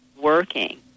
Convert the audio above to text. working